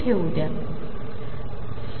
ठेवूद्या